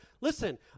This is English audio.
Listen